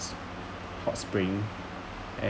hotspring